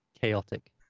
chaotic